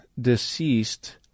deceased